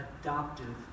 adoptive